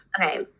okay